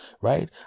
Right